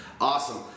Awesome